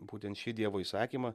būtent šį dievo įsakymą